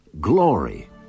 glory